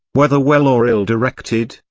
whether well or ill directed,